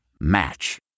Match